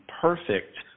perfect